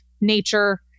nature